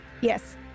yes